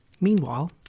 Meanwhile